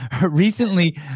recently